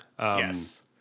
Yes